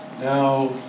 Now